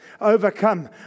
overcome